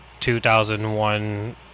2001